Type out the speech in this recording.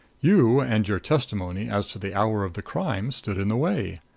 you and your testimony as to the hour of the crime stood in the way.